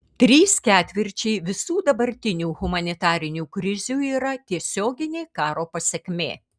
trys ketvirčiai visų dabartinių humanitarinių krizių yra tiesioginė karo pasekmė